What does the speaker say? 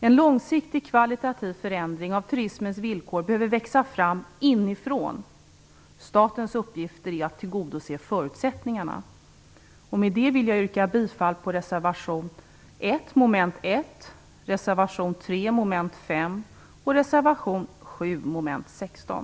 En långsiktigt kvalitativ förändring av turismens villkor behöver växa fram inifrån. Statens uppgift är att tillgodose förutsättningarna. Med detta yrkar jag bifall till reservation 1 avseende mom. 1, reservation 3 avseende mom.5 samt reservation 7 avseende mom.16.